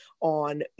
on